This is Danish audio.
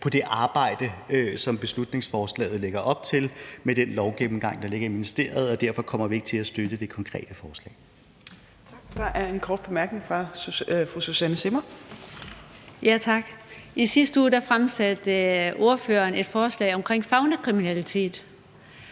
på det arbejde, som beslutningsforslaget lægger op til, med den lovgennemgang, der ligger i ministeriet, og derfor kommer vi ikke til at støtte det konkrete forslag.